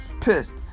pissed